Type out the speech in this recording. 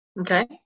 Okay